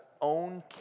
own